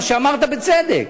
מה שאמרת בצדק,